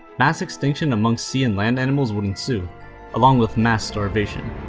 mass extinction amongst sea and land animals would ensue along with mass starvation.